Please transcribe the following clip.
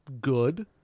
good